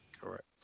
Correct